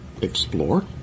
explore